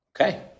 Okay